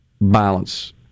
balance